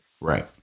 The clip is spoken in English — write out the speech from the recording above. Right